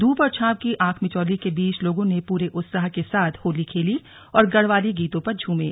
धूप और छांव की आंख मिचौली के बीच लोगों ने पूरे उत्साह के साथ होली खेली और गढ़वाली गीतों पर झूमे